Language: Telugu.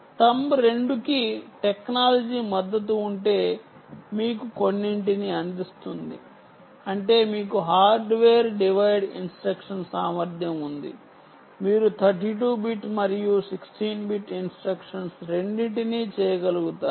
బొటనవేలు రెండు కి టెక్నాలజీ మద్దతు ఉంటే మీకు కొన్నింటిని అందిస్తుంది అంటే మీకు హార్డ్వేర్ డివైడ్ ఇన్స్ట్రక్షన్ సామర్ధ్యం ఉంది మీరు 32 బిట్ మరియు 16 బిట్ ఇన్స్ట్రక్షన్ రెండింటినీ చేయగలుగుతారు